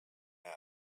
now